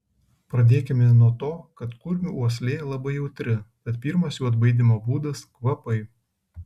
pradėkime nuo to kad kurmių uoslė labai jautri tad pirmas jų atbaidymo būdas kvapai